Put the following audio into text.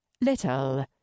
Little